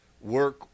work